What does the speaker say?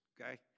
okay